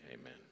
amen